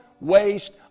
waste